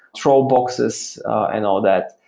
throw boxes and all that,